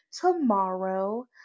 tomorrow